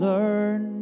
Learn